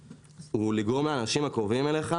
קרי משפחה וחברים לתמוך ולהשקיע ברעיון שלך.